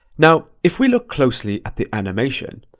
now, if we look closely at the animation,